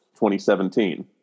2017